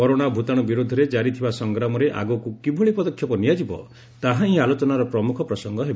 corona ଭୂତାଣୁ ବିରୋଧରେ କାରି ଥିବା ସଂଗ୍ରାମରେ ଆଗକୁ କିଭଳି ପଦକ୍ଷେପ ନିଆଯିବ ତାହାହିଁ ଆଲୋଚନାର ପ୍ରମୁଖ ପ୍ରସଙ୍ଗ ହେବ